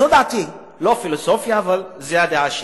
זו דעתי, לא פילוסופיה, זו הדעה שלי.